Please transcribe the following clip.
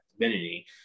divinity